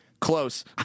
Close